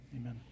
Amen